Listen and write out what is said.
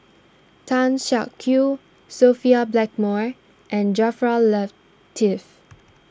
Tan Siak Kew Sophia Blackmore and Jaafar Latiff